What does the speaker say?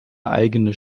eigene